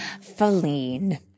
Feline